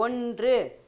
ஒன்று